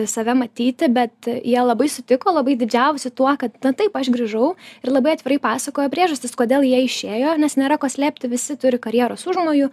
save matyti bet jie labai sutiko labai didžiavausi tuo kad na taip aš grįžau ir labai atvirai pasakojo priežastis kodėl jie išėjo nes nėra ko slėpti visi turi karjeros užmojų